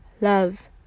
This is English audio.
Love